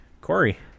Corey